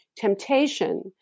temptation